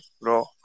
bro